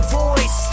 voice